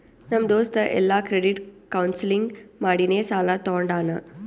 ನಮ್ ದೋಸ್ತ ಎಲ್ಲಾ ಕ್ರೆಡಿಟ್ ಕೌನ್ಸಲಿಂಗ್ ಮಾಡಿನೇ ಸಾಲಾ ತೊಂಡಾನ